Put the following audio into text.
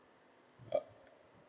uh